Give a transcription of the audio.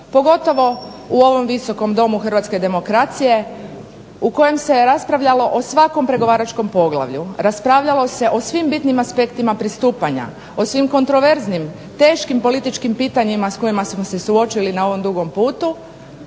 pogotovo u ovom Viskom domu hrvatske demokracije u kojem se raspravljalo o svakom pregovaračkom poglavlju. Raspravljalo se o svim bitnim aspektima pristupanja, o svim kontraverznim, teškim političkim pitanjima s kojima smo se suočili na ovom dugom putu.